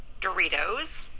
Doritos